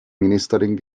ministerin